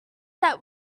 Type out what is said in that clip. that